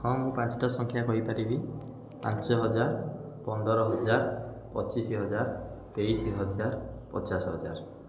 ହଁ ମୁଁ ପାଞ୍ଚଟା ସଂଖ୍ୟା କହିପାରିବି ପାଞ୍ଚହଜାର ପନ୍ଦରହଜାର ପଚିଶହଜାର ତେଇଶହଜାର ପଚାଶହଜାର